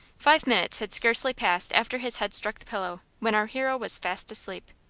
five minutes had scarcely passed after his head struck the pillow, when our hero was fast asleep.